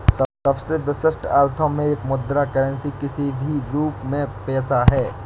सबसे विशिष्ट अर्थों में एक मुद्रा करेंसी किसी भी रूप में पैसा है